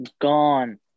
gone